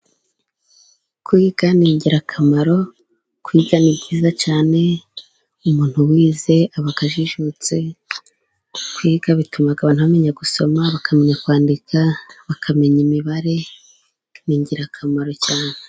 Kwiga ni ingirakamaro, kwiga ni byiza cyane umuntu wize aba ajijutse, kwiga bituma abantu bamenya gusoma, bakamenya kwandika, bakamenya imibare ni ingirakamaro cyane.